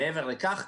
מעבר לכך,